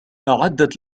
أعدت